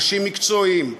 אנשים מקצועיים,